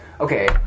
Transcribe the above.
okay